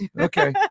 okay